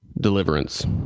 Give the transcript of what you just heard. deliverance